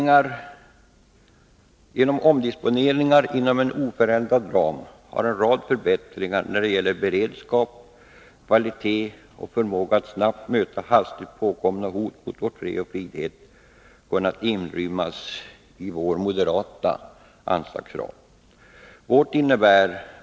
Genom omdisponeringar inom en oförändrad ram har en rad förbättringar när det gäller beredskap, kvalitet och förmåga att snabbt möta hastigt uppkomna hot mot vår fred och vår frihet kunnat inrymmas i moderaternas anslagsram.